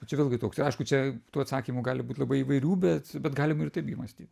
o čia vėlgi toks aišku čia tų atsakymų gali būt labai įvairių bet bet galima ir taip gi mąstyt